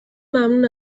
ممنون